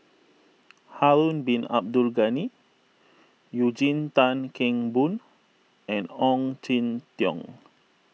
Harun Bin Abdul Ghani Eugene Tan Kheng Boon and Ong Jin Teong